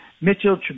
Mitchell